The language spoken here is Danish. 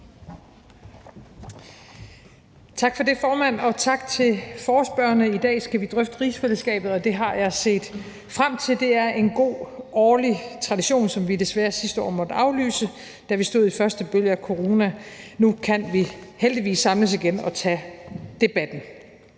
Tak for det, formand, og tak til forespørgerne. I dag skal vi drøfte rigsfællesskabet, og det har jeg set frem til. Det er en god årlig tradition, som vi desværre sidste år måtte aflyse, da vi stod i første bølge af corona. Nu kan vi heldigvis samles igen og tage debatten.